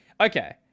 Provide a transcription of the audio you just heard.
Okay